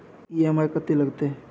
EMI कत्ते लगतै?